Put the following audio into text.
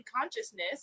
consciousness